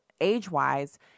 age-wise